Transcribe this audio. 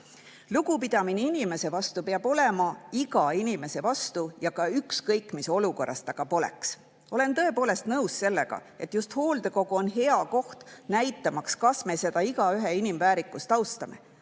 Lugupidamine peab olema iga inimese vastu, ükskõik mis olukorras ta ka poleks. Olen tõepoolest nõus sellega, et just hooldekodu on hea koht näitamaks, kas me seda igaühe inimväärikust austame.